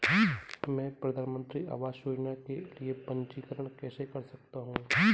मैं प्रधानमंत्री आवास योजना के लिए पंजीकरण कैसे कर सकता हूं?